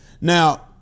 Now